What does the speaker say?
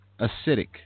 acidic